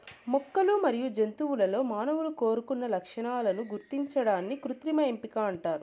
మొక్కలు మరియు జంతువులలో మానవులు కోరుకున్న లక్షణాలను గుర్తించడాన్ని కృత్రిమ ఎంపిక అంటారు